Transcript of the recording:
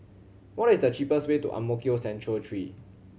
what is the cheapest way to Ang Mo Kio Central Three